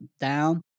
down